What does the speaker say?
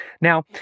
Now